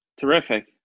Terrific